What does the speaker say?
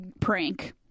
Prank